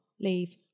leave